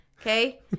Okay